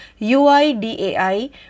UIDAI